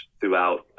throughout